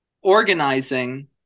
organizing